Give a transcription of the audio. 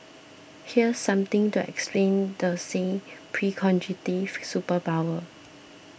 here's something to explain the said superpower